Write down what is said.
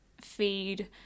feed